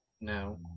no